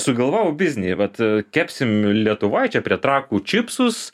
sugalvojau biznį vat kepsim lietuvoj čia prie trakų čipsus